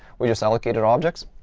we just allocated objects.